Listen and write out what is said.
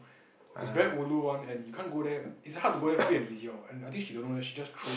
it's very ulu one and you can't go there it's a hard to go there free and easy or and I think she don't know then she just throw in